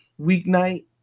weeknight